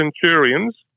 centurions